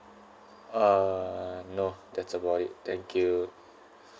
uh no that's about it thank you